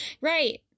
right